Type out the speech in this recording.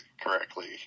correctly